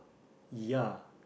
ya